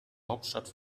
hauptstadt